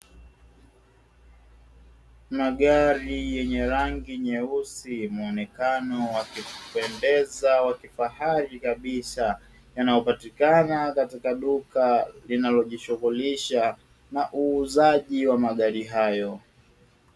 Magari yenye rangi nyeusi, muonekano wenye kupendeza wa kifahari kabisa yanayopatikana katika duka linalojishughulisha na uuzaji wa magari hayo.